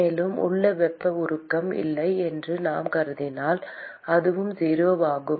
மேலும் உள்ளே வெப்ப உருவாக்கம் இல்லை என்று நாம் கருதினால் அதுவும் 0 ஆகும்